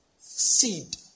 Seed